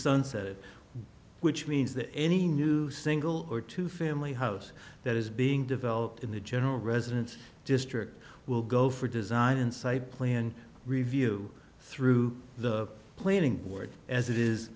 sunset it which means that any new single or two family house that is being developed in the general residence district will go for design inside plan review through the planning board as it is